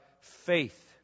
faith